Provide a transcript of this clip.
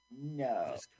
No